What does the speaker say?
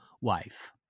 wife